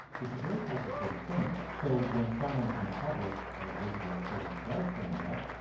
it's a very complicated thing. so when someone in public, as visible as hillary, does stand up,